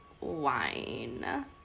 wine